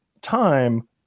time